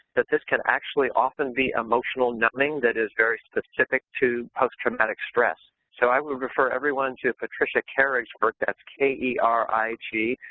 this this can actually often be emotional numbing that is very specific to post-traumatic stress. so i would refer everyone to patricia kerig's work, that's k e r i g.